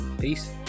Peace